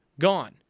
Gone